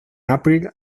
april